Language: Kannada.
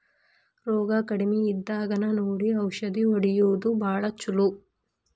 ರೋಗಾ ಕಡಮಿ ಇದ್ದಾಗನ ನೋಡಿ ಔಷದ ಹೊಡಿಯುದು ಭಾಳ ಚುಲೊ